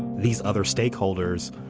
these other stakeholders